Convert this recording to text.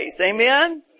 amen